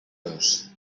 dos